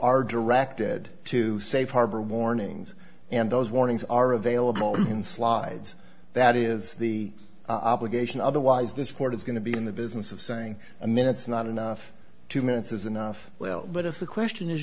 are directed to safe harbor warnings and those warnings are available in slides that is the obligation otherwise this court is going to be in the business of saying the minutes not enough two minutes is enough well but if the question is